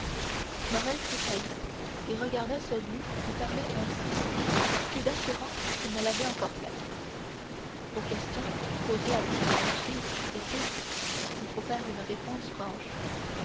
morrel tressaillit et regarda celui qui lui parlait ainsi avec plus d'assurance qu'il ne l'avait encore fait aux questions posées avec cette franchise dit-il il faut faire une réponse franche